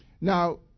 Now